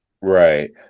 Right